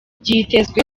byitezwe